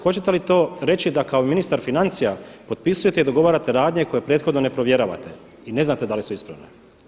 Hoćete li to reći da kao ministar financija potpisujete i dogovarate radnje koje prethodno ne provjeravate i ne znate da li su ispravna?